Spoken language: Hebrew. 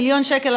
מיליון שקל,